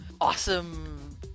awesome